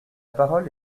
parole